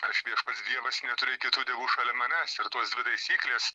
aš viešpats dievas neturėk kitų dievų šalia manęs ir tos dvi taisyklės